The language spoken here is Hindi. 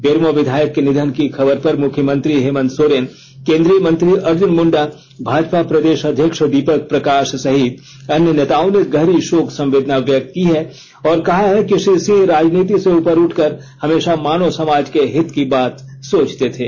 बेरमो विधायक के निधन की खबर पर मुख्यमंत्री हेमंत सोरेन केन्द्रीय मंत्री अर्जुन मुंडा भाजपा प्रदेष अध्यक्ष दीपक प्रकाष सहित अन्य नेताओं ने गहरी शोक संवेदना व्यक्त की है और कहा है कि श्री सिंह राजनीति से उपर उठकर हमेषा मानव समाज के हित की बात सोचते थे